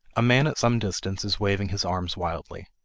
a man at some distance is waving his arms wildly.